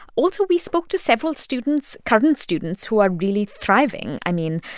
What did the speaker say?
also, we spoke to several students, current students, who are really thriving. i mean,